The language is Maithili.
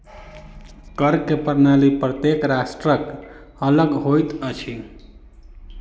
कर के प्रणाली प्रत्येक राष्ट्रक अलग होइत अछि